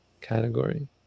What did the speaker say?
category